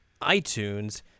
iTunes